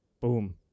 boom